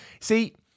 See